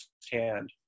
firsthand